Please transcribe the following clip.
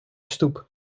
stoep